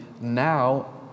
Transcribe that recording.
now